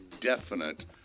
definite